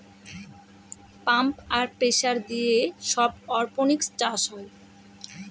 pump আর pressure দিয়ে সব অরপনিক্স চাষ হয়